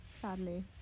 sadly